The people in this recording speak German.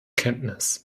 kenntnis